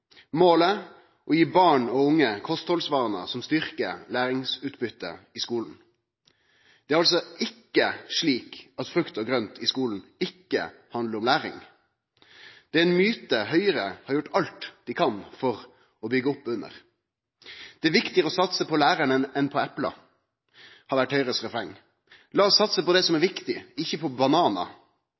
Målet er å gje barn og unge kosthaldsvanar som styrker læringsutbyttet i skulen. Det er altså ikkje slik at frukt og grønt i skulen ikkje handlar om læring. Det er ein myte Høgre har gjort alt ein kan for å byggje opp under. Det er viktigare å satse på lærarane enn på eple, har vore Høgres refreng. Lat oss satse på det som er viktig – ikkje på bananar!